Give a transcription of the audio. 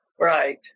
Right